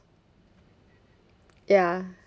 ya